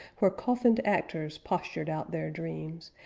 where coffined actors postured out their dreams,